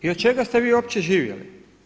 I od čega ste vi uopće živjeli?